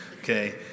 okay